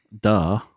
Duh